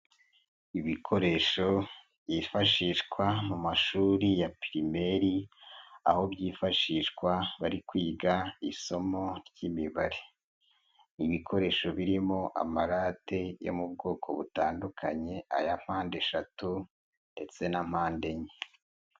Ibikoresho byifashishwa mu mashuri ya pirimeri aho byifashishwa bari kwiga isomo ry'imibare, ibikoresho birimo amarate yo mu bwoko butandukanye aya mpande eshatu ndetse na mpande enye.